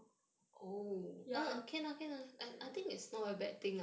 ya